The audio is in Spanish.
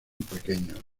pequeños